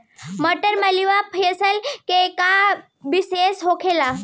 मटर मालवीय फिफ्टीन के का विशेषता होखेला?